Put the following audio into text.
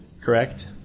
correct